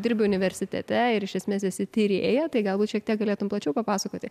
dirbi universitete ir iš esmės esi tyrėja tai galbūt šiek tiek galėtum plačiau papasakoti